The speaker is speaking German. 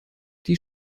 die